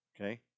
Okay